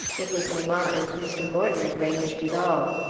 it was mamma and mr. morton arranged it all.